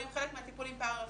זה חלק מהטיפולים הפרה-רפואיים,